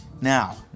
Now